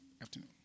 afternoon